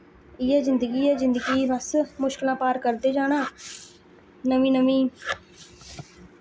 इ'यै जिंदगी ऐ जिंदगी बस मुश्कलां पार करदे जाना नवीं नवीं